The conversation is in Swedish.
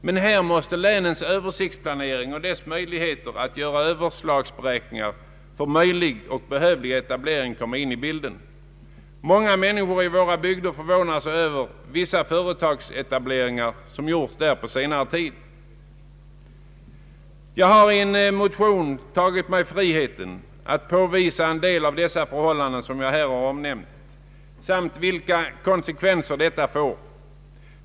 Men här måste länens Ööversiktsplanering och deras möjligheter att göra överslagsberäkningar för möjlig och behövlig etablering komma in i bilden. Många människor i våra bygder förvånar sig över vissa företagsetableringar som gjorts där på senare tid. Jag har i en motion tagit mig friheten att påvisa en del av dessa förhållanden som jag här nämnt samt vilka konsekvenser dessa får.